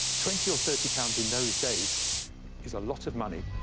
twenty or thirty pounds in those days is a lot of money.